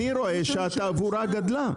אני רואה שהתעבורה גדלה.